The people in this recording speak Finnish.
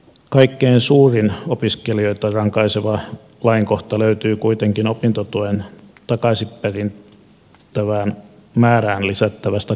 kaikkein suurin opiskelijoita rankaiseva lainkohta löytyy kuitenkin opintotuen takaisinperittävään määrään lisättävästä korotuksesta